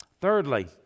Thirdly